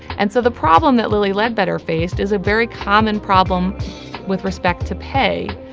and so the problem that lilly ledbetter faced is a very common problem with respect to pay,